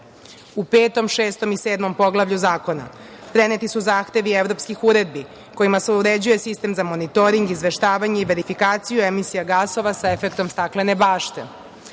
petom, šestom i sedmom poglavlju zakona, preneti su zahtevi evropskih uredbi kojima se uređuje sistem za monitoring, izveštavanje, verifikaciju emisija gasova sa efektom staklene bašte.